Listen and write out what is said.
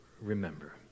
remember